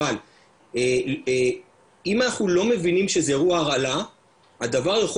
אבל אם אנחנו לא מבינים שזה אירוע הרעלה הדבר יכול